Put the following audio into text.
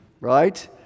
Right